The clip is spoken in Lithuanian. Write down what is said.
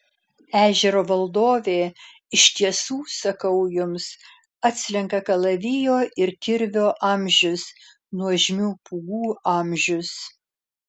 ežero valdovė iš tiesų sakau jums atslenka kalavijo ir kirvio amžius nuožmių pūgų amžius